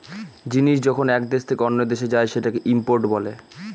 জিনিস যখন এক দেশ থেকে অন্য দেশে যায় সেটাকে ইম্পোর্ট বলে